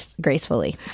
gracefully